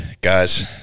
guys